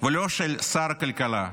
ולא של שר הכלכלה.